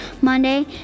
Monday